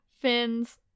fins